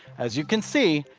as you can see,